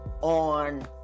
on